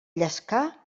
llescar